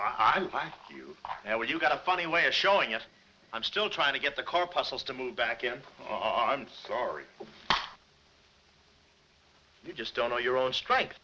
i you know where you've got a funny way of showing us i'm still trying to get the car parcels to move back in i'm sorry you just don't know your own strike